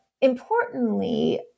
importantly